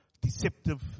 deceptive